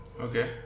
Okay